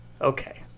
Okay